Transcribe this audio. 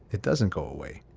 it doesn't go away.